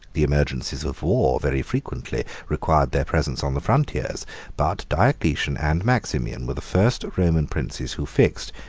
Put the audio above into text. the emergencies of war very frequently required their presence on the frontiers but diocletian and maximian were the first roman princes who fixed,